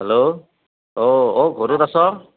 hello অঁ অ' ঘৰত আছা